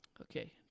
okay